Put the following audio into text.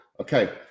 Okay